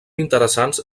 interessants